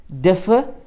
differ